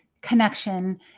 connection